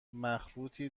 مخروطی